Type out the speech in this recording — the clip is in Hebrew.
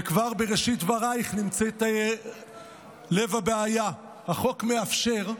וכבר בראשית דבריך נמצאת לב הבעיה: החוק מאפשר,